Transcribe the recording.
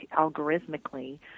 algorithmically